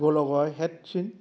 गलागावआ हेडसिन